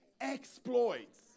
exploits